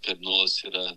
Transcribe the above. kardinolas yra